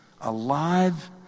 alive